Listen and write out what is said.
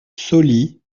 sauli